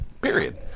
period